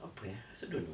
okay I also don't know